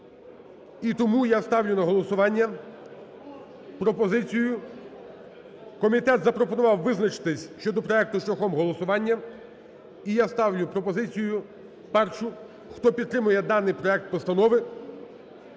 І тому я ставлю на голосування пропозицію, комітет запропонував визначитися щодо проекту шляхом голосування. І я ставлю пропозицію першу, хто підтримує даний проект постанови,